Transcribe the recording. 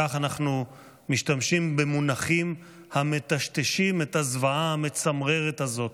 כך אנחנו משתמשים במונחים המטשטשים את הזוועה המצמררת הזאת: